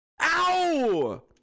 Ow